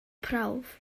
prawf